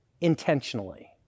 intentionally